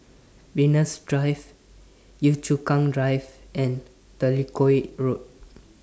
Venus Drive Yio Chu Kang Drive and Jellicoe Road